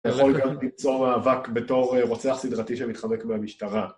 אתה יכול גם למצוא מאבק בתור רוצח סדרתי שמתחבק במשטרה